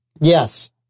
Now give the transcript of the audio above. Yes